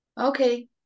Okay